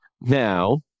Now